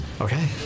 Okay